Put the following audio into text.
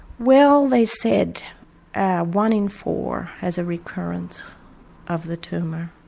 well they said one in four has a recurrence of the tumour,